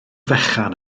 fechan